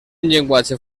llenguatge